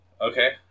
Okay